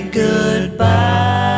goodbye